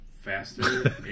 faster